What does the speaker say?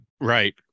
right